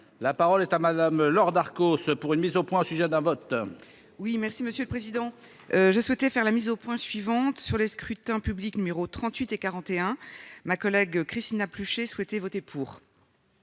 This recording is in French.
la parole est à Madame Laure Darcos ce, pour une mise au point au sujet d'un vote. Oui, merci Monsieur le Président, je souhaitais faire la mise au point suivante sur les scrutins publics numéro 38 et 41 ma collègue Christina plus j'souhaité voter pour.